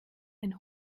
ein